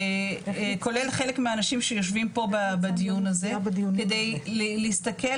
כולל חלק מהאנשים שיושבים פה בדיון הזה כדי להסתכל